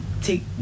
take